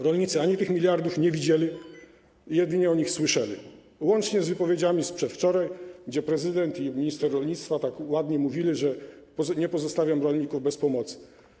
Rolnicy tych miliardów nie widzieli, jedynie o nich słyszeli, łącznie z wypowiedziami z przedwczoraj, kiedy prezydent i minister rolnictwa tak ładnie mówili, że nie pozostawią rolników bez pomocy.